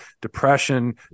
depression